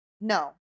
no